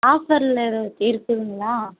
ஆஃபரில் எதாவது இருக்குதுங்களா